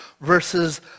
versus